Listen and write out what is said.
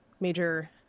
major